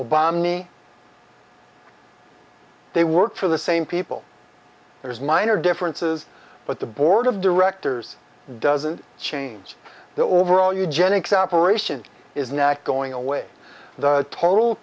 obame they work for the same people there's minor differences but the board of directors doesn't change the overall eugenics operation is now going away the total